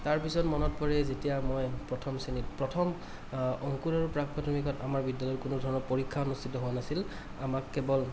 তাৰপিছত মনত পৰে যেতিয়া মই প্ৰথন শ্ৰেণীত প্ৰথম অংকুৰৰ প্ৰাক প্ৰাথমিকত আমাৰ বিদ্য়ালয়ত কোনো ধৰণৰ পৰীক্ষা অনুষ্ঠিত হোৱা নাছিল আমাক কেৱল